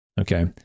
Okay